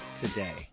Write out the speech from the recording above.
today